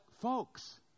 folks